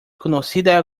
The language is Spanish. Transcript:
conocida